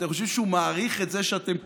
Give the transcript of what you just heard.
אתה חושבים שהוא מעריך את זה שאתם פוחדים?